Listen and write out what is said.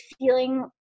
feeling